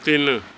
ਤਿੰਨ